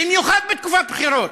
במיוחד בתקופת בחירות,